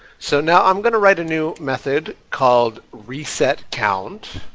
so now i'm gonna write a new method called resetcount